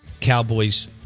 Cowboys